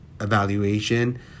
evaluation